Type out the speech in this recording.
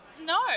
No